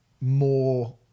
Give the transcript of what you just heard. More